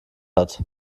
hat